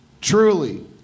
truly